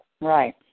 Right